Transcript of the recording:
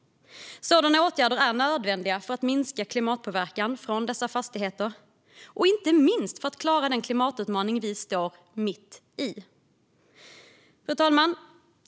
Sådana åtgärder är nödvändiga för att minska klimatpåverkan från dessa fastigheter och inte minst för att klara av den klimatutmaning vi står mitt i. Fru talman!